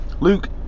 Luke